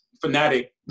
fanatic